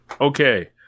Okay